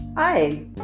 Hi